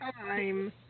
time